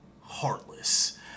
Heartless